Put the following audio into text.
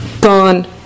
Gone